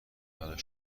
برای